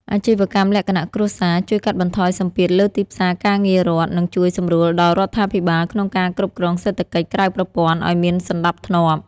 អាជីវកម្មលក្ខណៈគ្រួសារជួយកាត់បន្ថយសម្ពាធលើទីផ្សារការងាររដ្ឋ និងជួយសម្រួលដល់រដ្ឋាភិបាលក្នុងការគ្រប់គ្រងសេដ្ឋកិច្ចក្រៅប្រព័ន្ធឱ្យមានសណ្ដាប់ធ្នាប់។